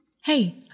Hey